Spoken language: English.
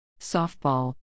Softball